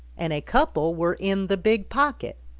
and a couple were in the big pocket,